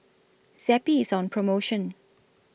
Zappy IS on promotion